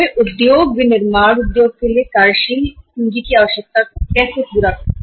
वे उद्योग उत्पादन क्षेत्र के लिए कार्यशील पूंजी की आवश्यकताओं को कैसे पूरा करते हैं